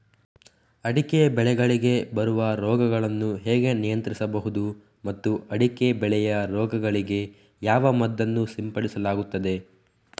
ಅಡಿಕೆ ಬೆಳೆಗಳಿಗೆ ಬರುವ ರೋಗಗಳನ್ನು ಹೇಗೆ ನಿಯಂತ್ರಿಸಬಹುದು ಮತ್ತು ಅಡಿಕೆ ಬೆಳೆಯ ರೋಗಗಳಿಗೆ ಯಾವ ಮದ್ದನ್ನು ಸಿಂಪಡಿಸಲಾಗುತ್ತದೆ?